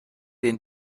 den